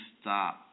stop